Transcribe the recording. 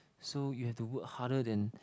so you have to work harder than